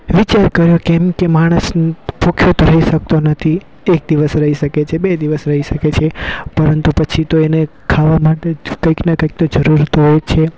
વિચાર કર્યો કેમ કે માણસ ભૂખ્યો તો રહી શકતો નથી એક દિવસ રહી શકે છે બે દિવસ રહી શકે છે પરંતુ પછી તો એને ખાવા માટે તો કાંઈકને કાંઈક તો જરૂર તો હોય છે